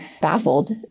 baffled